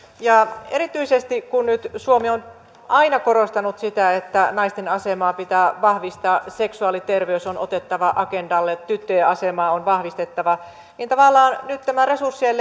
erityisesti kun suomi on aina korostanut sitä että naisten asemaa pitää vahvistaa seksuaaliterveys on otettava agendalle tyttöjen asemaa on vahvistettava niin kun tavallaan nyt nämä resurssien